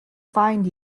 find